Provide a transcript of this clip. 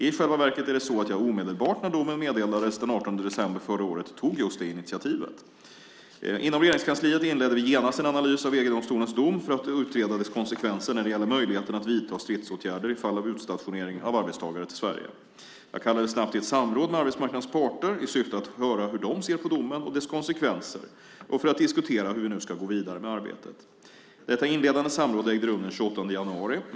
I själva verket är det så att jag omedelbart när domen meddelades den 18 december förra året tog just det initiativet. Inom Regeringskansliet inledde vi genast en analys av EG-domstolens dom för att utreda dess konsekvenser när det gäller möjligheten att vidta stridsåtgärder i fall av utstationering av arbetstagare till Sverige. Jag kallade snabbt till ett samråd med arbetsmarknadens parter i syfte att höra hur de ser på domen och dess konsekvenser och för att diskutera hur vi nu ska gå vidare med arbetet. Detta inledande samråd ägde rum den 28 januari.